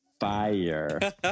fire